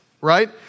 right